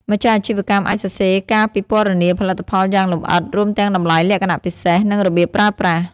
ម្ចាស់អាជីវកម្មអាចសរសេរការពិពណ៌នាផលិតផលយ៉ាងលម្អិត រួមទាំងតម្លៃ លក្ខណៈពិសេស និងរបៀបប្រើប្រាស់។